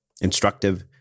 instructive